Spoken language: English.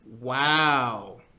Wow